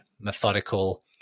methodical